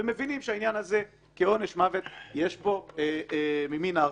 ומבינים שהעניין הזה כעונש מוות יש בו ממין ההרתעה.